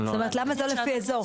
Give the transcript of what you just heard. זאת אומרת למה זה לא לפי אזור,